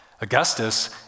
Augustus